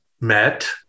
met